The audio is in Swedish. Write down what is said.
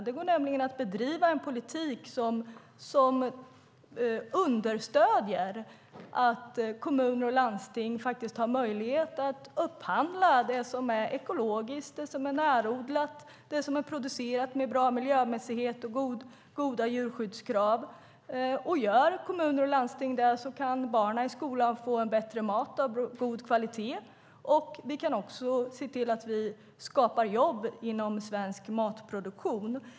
Det går nämligen att bedriva en politik som understöder att kommuner och landsting faktiskt har möjlighet att upphandla det som är ekologiskt, närodlat och producerat med bra miljömässighet och goda djurskyddskrav. Gör kommuner och landsting det kan barnen i skolan få bättre mat av god kvalitet, och vi kan se till att vi skapar jobb inom svensk matproduktion.